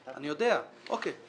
אני יודע, אוקיי.